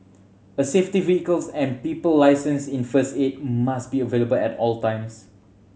a safety vehicles and people licensed in first aid must be available at all times